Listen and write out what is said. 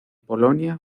polonia